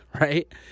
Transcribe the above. Right